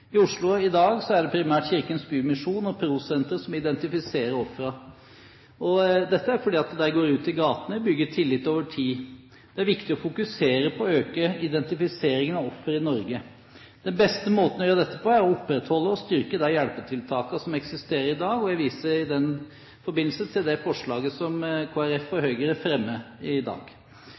I Oslo i dag er det primært Kirkens Bymisjon og PRO-Senteret som identifiserer ofrene. Dette er fordi de går ute i gatene og bygger tillit over tid. Det er viktig å fokusere på å øke identifiseringen av ofre i Norge. Den beste måten å gjøre det på er å opprettholde og styrke de hjelpetiltakene som eksisterer i dag, og jeg viser i den forbindelse til det forslaget som Kristelig Folkeparti og Høyre fremmer i dag.